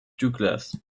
douglas